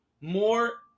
more